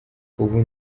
ubu